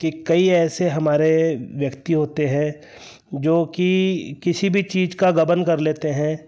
कि कई हमारे व्यक्ति होते हैं जो कि किसी भी चीज़ का गबन कर लेते हैं